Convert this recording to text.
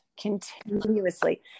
continuously